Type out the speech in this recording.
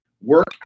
work